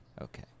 Okay